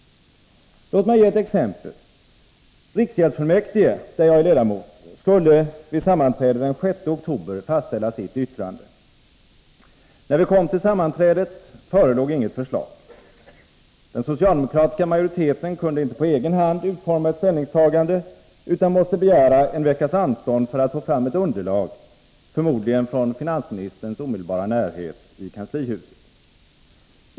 Låt mig ge ett exempel! Riksgäldsfullmäktige, där jag är ledamot, skulle vid sammanträde den 6 oktober fastställa sitt yttrande. När vi kom till sammanträdet förelåg inget förslag. Den socialdemokratiska majoriteten kunde inte på egen hand utforma ett ställningstagande utan måste begära en veckas anstånd för att få fram ett underlag, förmodligen från finansministerns omedelbara närhet i kanslihuset.